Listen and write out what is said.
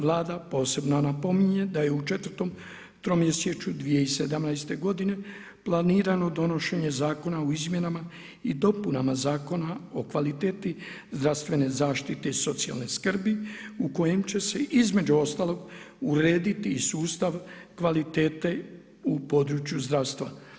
Vlada posebno napominje da je u 4 tromjesečju 2017. godine planirano donošenje Zakona o izmjenama i dopunama Zakona o kvaliteti zdravstvene zaštite i socijalne skrbi u kojem će se između ostaloga urediti i sustav kvalitete u području zdravstva.